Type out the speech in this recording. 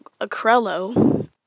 Acrello